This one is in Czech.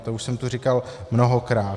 To už jsem tu říkal mnohokrát.